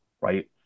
right